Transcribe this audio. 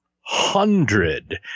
hundred